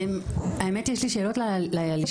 אנו לא מקבלים את מה שנאמר פה היום על ידי חלק מהדוברים